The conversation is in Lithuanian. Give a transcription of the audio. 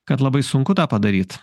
kad labai sunku tą padaryt